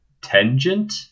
tangent